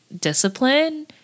discipline